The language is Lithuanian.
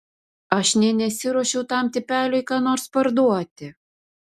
aš nė nesiruošiau tam tipeliui ką nors parduoti